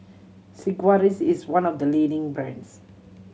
Sigvaris is one of the leading brands